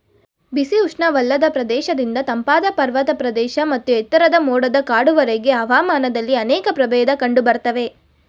ಬಿಸಿ ಉಷ್ಣವಲಯದ ಪ್ರದೇಶದಿಂದ ತಂಪಾದ ಪರ್ವತ ಪ್ರದೇಶ ಮತ್ತು ಎತ್ತರದ ಮೋಡದ ಕಾಡುವರೆಗೆ ಹವಾಮಾನದಲ್ಲಿ ಅನೇಕ ಪ್ರಭೇದ ಕಂಡುಬರ್ತವೆ